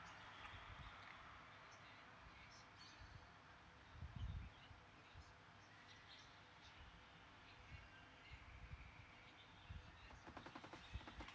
uh uh uh ah